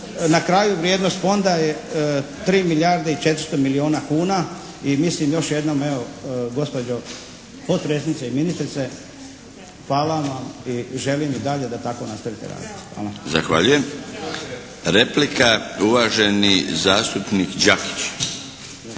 na kraju vrijednost Fonda je 3 milijarde i 400 milijuna kuna. I mislim još jednom evo gospođo potpredsjednice i ministrice. Hvala vam i želim i dalje da tako nastavite raditi. **Šeks, Vladimir (HDZ)** Zahvaljujem. Replika, uvaženi zastupnik Đakić.